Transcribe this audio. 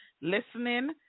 listening